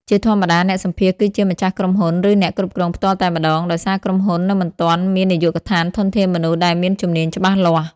ជាធម្មតា អ្នកសម្ភាសន៍គឺជាម្ចាស់ក្រុមហ៊ុន ឬអ្នកគ្រប់គ្រងផ្ទាល់តែម្ដង ដោយសារក្រុមហ៊ុននៅមិនទាន់មាននាយកដ្ឋានធនធានមនុស្សដែលមានជំនាញច្បាស់លាស់។